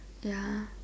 ya